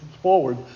forward